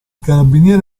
carabinieri